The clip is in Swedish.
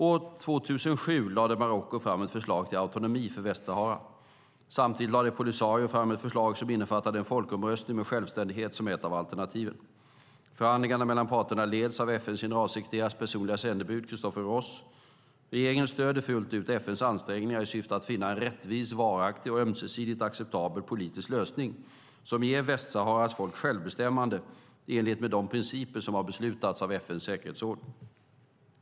År 2007 lade Marocko fram ett förslag till autonomi för Västsahara. Samtidigt lade Polisario fram ett förslag som innefattade en folkomröstning med självständighet som ett av alternativen. Förhandlingarna mellan parterna leds av FN:s generalsekreterares personliga sändebud Christopher Ross. Regeringen stöder fullt ut FN:s ansträngningar i syfte att finna en rättvis, varaktig och ömsesidigt acceptabel politisk lösning som ger Västsaharas folk självbestämmande i enlighet med de principer som har beslutats av FN:s säkerhetsråd.